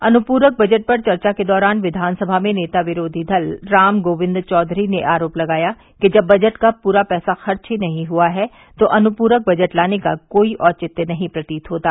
अनुपूरक बजट पर चर्चा के दौरान विधानसभा में नेता विरोधी दल राम गोविन्द चौघरी ने आरोप लगाया कि बजट का पूरा पैसा खर्च ही नहीं हुआ है तो अनुपूरक बजट लाने का कोई औचित्य नहीं प्रतीत होता